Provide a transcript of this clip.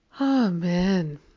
Amen